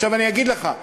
עכשיו, אני אגיד לך,